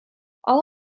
all